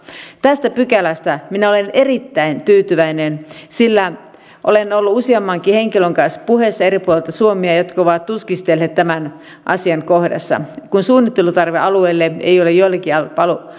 tästä pykälästä minä olen erittäin tyytyväinen sillä olen ollut puheissa useammankin henkilön kanssa eri puolilta suomea jotka ovat tuskastelleet tämän asian kohdalla kun suunnittelutarvealueelle ei ole joillakin